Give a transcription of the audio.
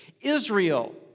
Israel